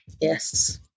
Yes